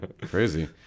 Crazy